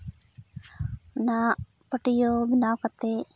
ᱚᱱᱟ ᱯᱟᱹᱴᱭᱟᱹ ᱵᱮᱱᱟᱣ ᱠᱟᱛᱮ